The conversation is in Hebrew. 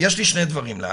יש לי שני דברים להגיד.